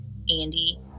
Andy